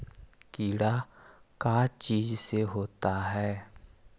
कीड़ा का चीज से होता है?